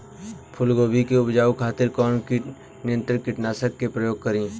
फुलगोबि के उपजावे खातिर कौन कीट नियंत्री कीटनाशक के प्रयोग करी?